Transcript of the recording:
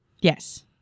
Yes